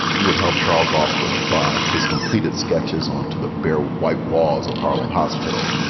he would help charles austin apply his completed sketches onto the bare white walls of harlem hospital.